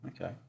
Okay